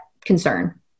concern